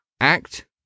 act